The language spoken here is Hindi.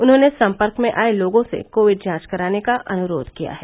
उन्होंने संपर्क में आए लोगों से कोविड जांच कराने का अनुरोध किया है